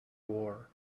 war